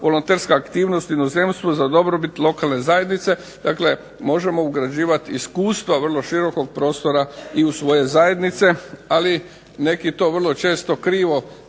volonterska aktivnost u inozemstvu za dobrobit lokalne zajednice. Dakle, možemo ugrađivat iskustva vrlo širokog prostora i u svoje zajednice, ali neki to vrlo često krivo